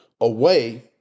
away